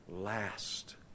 last